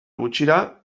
gutxira